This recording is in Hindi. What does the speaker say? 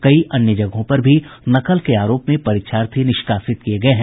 कई अन्य जगहों पर भी नकल के आरोप में परीक्षार्थी निष्कासित किये गये हैं